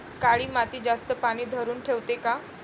काळी माती जास्त पानी धरुन ठेवते का?